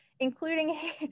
including